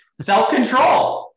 self-control